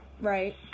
Right